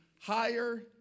higher